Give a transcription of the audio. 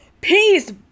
peace